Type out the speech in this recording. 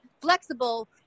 flexible